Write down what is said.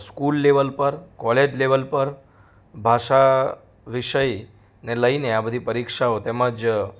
school level પર college level પર ભાષા વિષયને લઈને આ બધી પરીક્ષાઓ તેમ જ